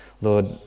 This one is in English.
Lord